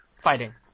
fighting